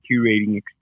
curating